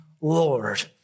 Lord